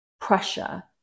pressure